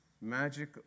magic